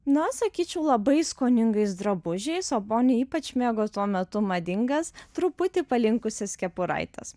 na sakyčiau labai skoningais drabužiais o boni ypač mėgo tuo metu madingas truputį palinkusias kepuraites